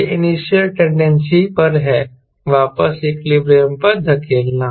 यह initial tendency पर है वापस इक्विलिब्रियम पर धकेलना